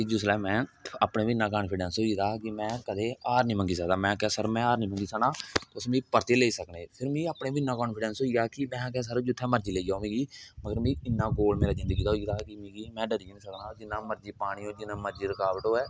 जिसलै में अपने उप्पर इन्ना कान्फीडैंस होई गेदा कि में कदें हार नेई मन्नी सकदा में आखेआ सर में हार नेई मन्नी सकदा तुस मी परतियै लेई सकदे ना फिर मिगी अपने बी उपर इन्ना कान्फीडैस हा महाराज जित्थे मर्जी लेई जाऔ मगर इन्ना गोल मेरा जिंगदी दा होई गेदा हा कि में डरी जिना मर्जी रकावट होऐ